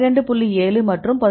7 மற்றும் 11